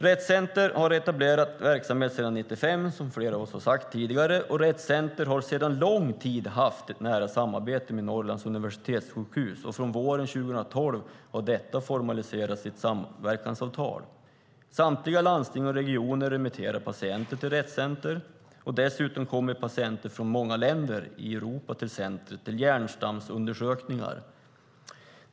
Rett Center har varit en etablerad verksamhet sedan 1995, som flera av oss har sagt tidigare, och Rett Center har sedan lång tid haft ett nära samarbete med Norrlands universitetssjukhus. Från våren 2012 har detta formaliserats i ett samverkansavtal. Samtliga landsting och regioner remitterar patienter till Rett Center, och dessutom kommer patienter från många länder i Europa till centret för hjärnstamsundersökningar.